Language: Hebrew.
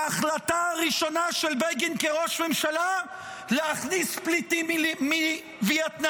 ההחלטה הראשונה של בגין כראש ממשלה להכניס פליטים מווייטנאם,